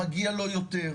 מגיע לו יותר.